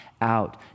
out